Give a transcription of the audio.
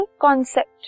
concept